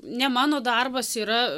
ne mano darbas yra